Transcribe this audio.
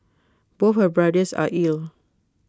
both her brothers are ill